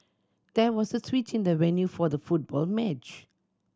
there was a switch in the venue for the football match